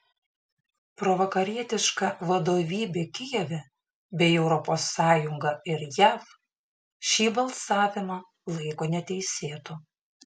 provakarietiška vadovybė kijeve bei europos sąjunga ir jav šį balsavimą laiko neteisėtu